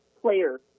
player